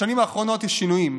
בשנים האחרונות יש שינויים,